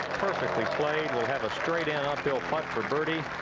perfectly played will have a straight and uphill putt for birdie